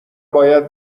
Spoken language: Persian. باید